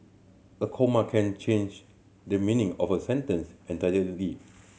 a comma can change the meaning of a sentence entirely